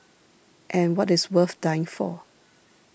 and what is worth dying for